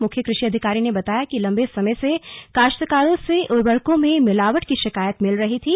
मुख्य कृषि अधिकारी ने बताया कि लंबे समय से काश्तकारों से उवर्रकों में मिलावट की शिकायत मिल रही थी